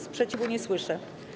Sprzeciwu nie słyszę.